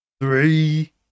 three